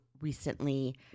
recently